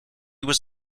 was